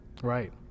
right